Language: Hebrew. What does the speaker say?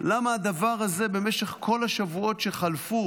למה הדבר הזה במשך כל השבועות שחלפו